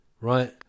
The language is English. right